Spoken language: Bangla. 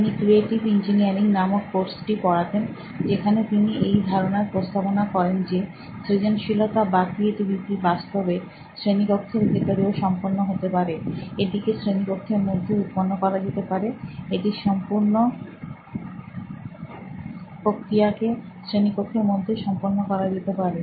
তিনি ক্রিয়েটিভ ইঞ্জিনিয়ারিং নামক কোর্সটিপড়াতেন যেখানে তিনি এই ধারণার প্রস্তাবনা করেন যে সৃজনশীলতা বা ক্রিয়েটিভিটি বাস্তবে শ্রেণিকক্ষের ভেতরেও সম্পন্ন হতে পারে এটিকে শ্রেণিকক্ষের মধ্যে উৎপন্ন করা যেতে পারে এটি সম্পুর্ন প্রক্রিয়াকে শ্রেণিকক্ষের মধ্যে সম্পন্ন করা যেতে পারে